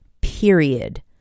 period